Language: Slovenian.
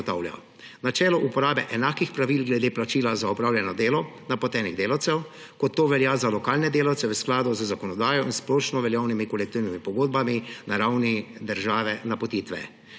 načelo uporabe enakih pravil glede plačila za opravljeno delo napotenih delavcev, kot to velja za lokalne delavce v skladu z zakonodajo in splošnoveljavnimi kolektivnimi pogodbami na ravni države napotitve;